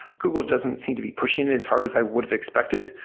google doesn't seem to be pushing and as hard as i would've expected.